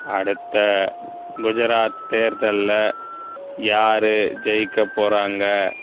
அடுத்த குஜராத் தேர்தலில் யாரு ஜெயிக்க போறாங்க